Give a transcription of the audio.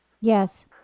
Yes